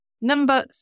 Number